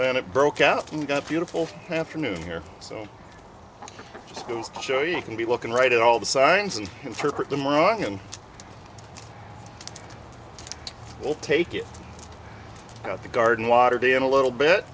then it broke out and got beautiful afternoon here so just goes to show you can be looking right at all the signs and interpret them wrong and we'll take it out the garden water day in a little bit